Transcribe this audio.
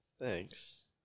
Thanks